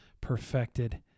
perfected